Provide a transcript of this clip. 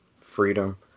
freedom